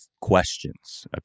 questions